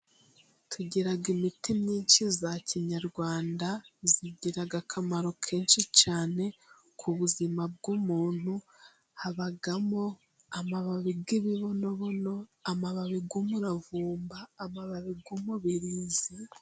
Tugira imiti myinshi ya kinyarwanda igira akamaro kenshi cyane ku buzima bw'umuntu, habamo amababi y'ibibonobono, amababi y'umuravumba, amababi y'imibirizi.